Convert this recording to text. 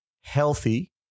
healthy